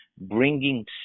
bringing